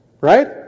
Right